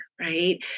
right